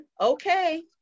okay